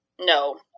No